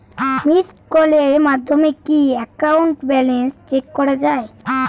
Missed কলের মাধ্যমে কি একাউন্ট ব্যালেন্স চেক করা যায়?